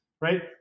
right